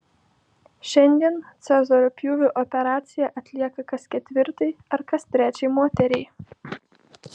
šiandien cezario pjūvio operacija atlieka kas ketvirtai ar kas trečiai moteriai